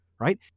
right